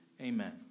amen